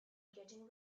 getting